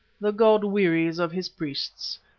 the god wearies of his priests.